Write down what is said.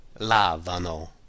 lavano